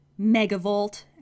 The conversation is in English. Megavolt